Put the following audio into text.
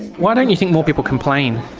why don't you think more people complain?